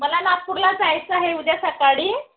मला नागपूरला जायचं आहे उद्या सकाळी